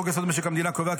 חוק-יסוד: משק המדינה קובע,